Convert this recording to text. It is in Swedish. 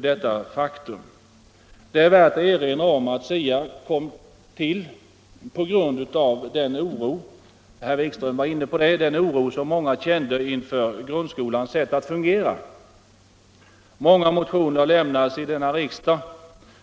Det är värt att erinra om att SIA kom till på grund av den oro som många kände inför grundskolans sätt att fungera. Herr Wikström var inne på detta. Många motioner lämnades i riksdagen